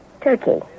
turkey